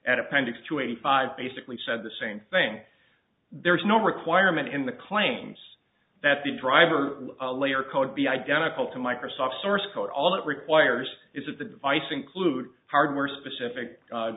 and appendix two eighty five basically said the same thing there's no requirement in the claims that the driver layer code be identical to microsoft's source code all it requires is that the device include hardware specific